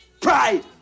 Pride